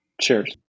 Cheers